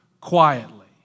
quietly